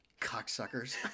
Cocksuckers